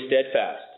steadfast